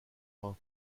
rhin